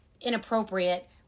inappropriate